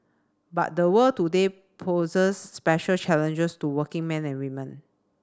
but the world today poses special challenges to working men and women